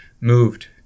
moved